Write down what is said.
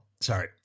sorry